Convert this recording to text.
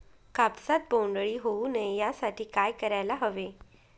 कापसात बोंडअळी होऊ नये यासाठी काय करायला हवे?